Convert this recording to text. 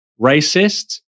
racist